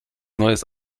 neues